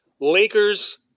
Lakers